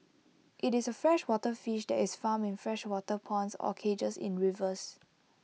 IT is A freshwater fish that is farmed in freshwater ponds or cages in rivers